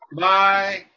Bye